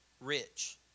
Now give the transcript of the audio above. rich